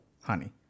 honey